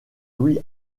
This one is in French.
louis